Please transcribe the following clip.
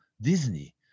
Disney